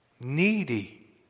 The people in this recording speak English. needy